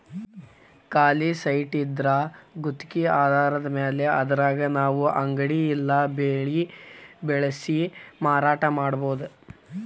ಖಾಲಿ ಸೈಟಿದ್ರಾ ಗುತ್ಗಿ ಆಧಾರದ್ಮ್ಯಾಲೆ ಅದ್ರಾಗ್ ನಾವು ಅಂಗಡಿ ಇಲ್ಲಾ ಬೆಳೆ ಬೆಳ್ಸಿ ಮಾರಾಟಾ ಮಾಡ್ಬೊದು